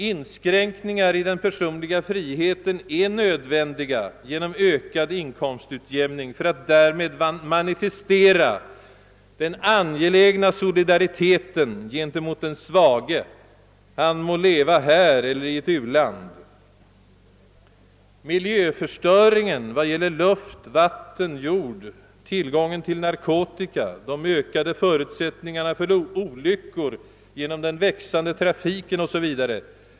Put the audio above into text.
Inskränkningar i den personliga friheten är nödvändiga genom ökad inkomstutjämning för att därmed manifestera den angelägna solidariteten gentemot den svage — han må leva här eller i ett u-land. Miljöförstöringen av luft, vatten och jord, tillgången till narkotika, de ökade förutsättningarna för olyckor på grund av den växande trafiken etc.